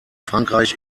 frankreich